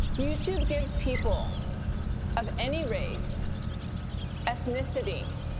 youtube gives people of any race ethnicity,